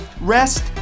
rest